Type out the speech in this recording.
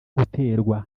guterwa